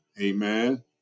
Amen